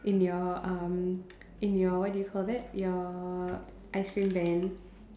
in your um in your what do you call that your ice cream van